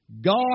God